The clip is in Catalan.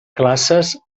classes